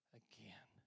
again